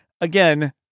again